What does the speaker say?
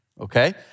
okay